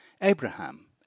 Abraham